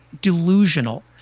delusional